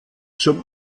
zum